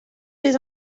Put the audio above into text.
des